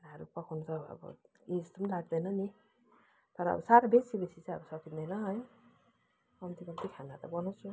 खानाहरू पकाउनु त अब केही जस्तो पनि लाग्दैन नि तर अब साह्रो बेसी बेसी चाहिँ अब सकिँदैन है कम्ती कम्ती खाना त बनाउँछु